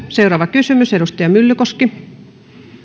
seuraava kysymys edustaja myllykoski